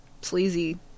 sleazy